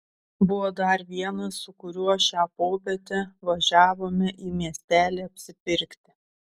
buvo dar vienas su kuriuo šią popietę važiavome į miestelį apsipirkti